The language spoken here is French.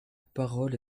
parole